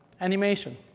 animation.